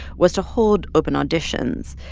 was to hold open auditions.